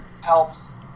helps